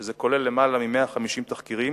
שזה כולל למעלה מ-150 תחקירים,